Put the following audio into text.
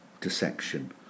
dissection